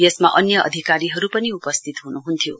यसमा अन्य अधिकारीहरू पनि उपस्थित हुनुहुन्थ्यो